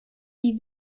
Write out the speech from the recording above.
wie